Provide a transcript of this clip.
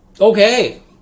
Okay